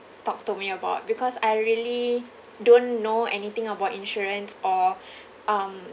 talk to me about because I really don't know anything about insurance or um